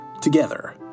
together